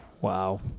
Wow